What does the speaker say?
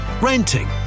renting